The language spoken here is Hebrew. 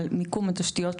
על מיקום התשתיות שלו.